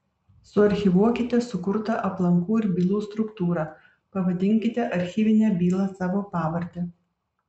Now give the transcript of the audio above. suarchyvuokite sukurtą aplankų ir bylų struktūrą pavadinkite archyvinę bylą savo pavarde